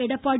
Edappadi